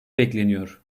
bekleniyor